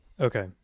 Okay